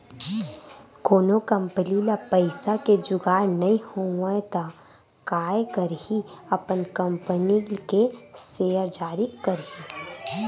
कोनो कंपनी ल पइसा के जुगाड़ नइ होवय त काय करही अपन कंपनी के सेयर जारी करही